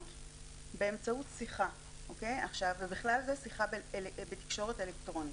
באמצעות שיחה ובכלל זה שיחה בתקשורת אלקטרונית.